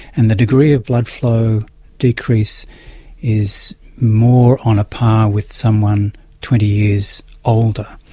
and the degree of blood flow decrease is more on a par with someone twenty years older.